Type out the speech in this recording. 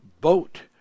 boat